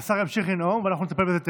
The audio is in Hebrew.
השר ימשיך לנאום ואנחנו נטפל בזה טכנית.